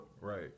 Right